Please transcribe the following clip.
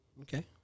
Okay